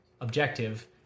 objective